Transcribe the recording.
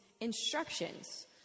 instructions